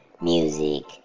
music